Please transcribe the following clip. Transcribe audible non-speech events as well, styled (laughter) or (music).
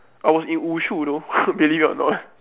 I was in wushu though (laughs) believe or not